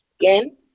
Again